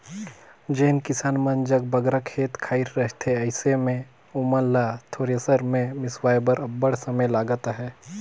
जेन किसान मन जग बगरा खेत खाएर रहथे अइसे मे ओमन ल थेरेसर मे मिसवाए बर अब्बड़ समे लगत अहे